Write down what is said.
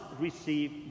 receive